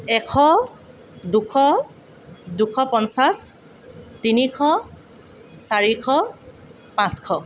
এশ দুশ দুশ পঞ্চাছ তিনিশ চাৰিশ পাঁচশ